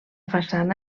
façana